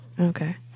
Okay